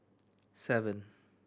seven